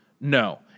no